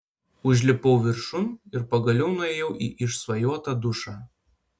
užlipau viršun ir pagaliau nuėjau į išsvajotą dušą